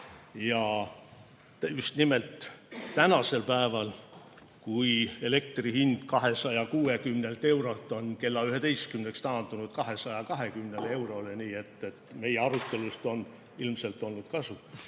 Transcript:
Just nimelt tänasel päeval, kui elektri hind on 260 eurolt kella 11-ks taandunud 220 eurole. Meie arutelust on ilmselt olnud kasu.